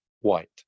white